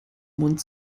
mund